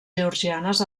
georgianes